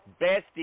bestie